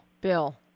Bill